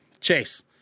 Chase